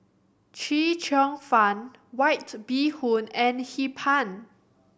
Chee Cheong Fun White Bee Hoon and Hee Pan